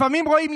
לפעמים רואים,